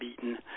beaten